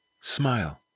smile